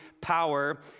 power